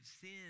sin